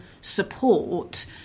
support